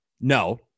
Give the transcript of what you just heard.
no